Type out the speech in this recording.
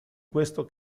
questo